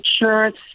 insurance